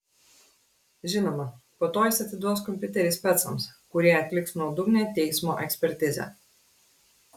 žinoma po to jis atiduos kompiuterį specams kurie atliks nuodugnią teismo ekspertizę